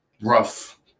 rough